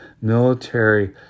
military